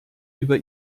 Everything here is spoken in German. über